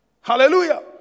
Hallelujah